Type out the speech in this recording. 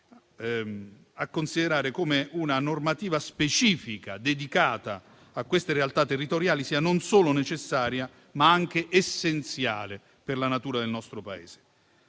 considerare come una normativa specifica dedicata a queste realtà territoriali sia non solo necessaria, ma anche essenziale per la natura del nostro Paese.